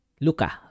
Luka